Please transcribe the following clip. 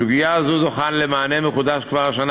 סוגיה זו זוכה למענה מחודש כבר השנה